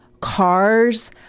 cars